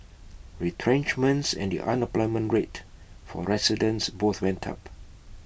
retrenchments and the unemployment rate for residents both went up